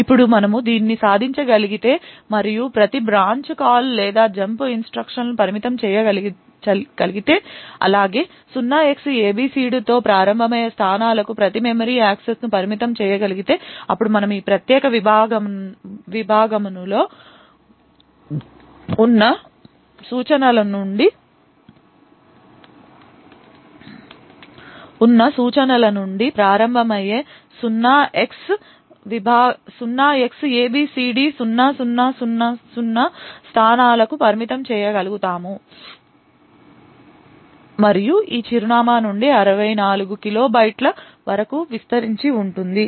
ఇప్పుడు మనము దీనిని సాధించగలిగితే మరియు ప్రతి బ్రాంచ్ కాల్ లేదా జంప్ ఇన్స్ట్రక్షన్ను పరిమితం చేయగలిగితే అలాగే 0Xabcd తో ప్రారంభమయ్యే స్థానాలకు ప్రతి మెమరీ యాక్సెస్ను పరిమితం చేయగలిగితే అప్పుడు మనము ఈ ప్రత్యేక విభాగములో ఉన్న సూచనలనుండి ప్రారంభమయ్యే 0Xabcd0000స్థానాలకు పరిమితం చేయగలుగుతాము మరియు ఈ చిరునామా నుండి 64 కిలోబైట్ల వరకు విస్తరించి ఉంది